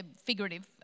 figurative